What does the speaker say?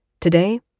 Today